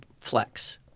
flex